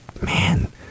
man